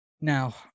Now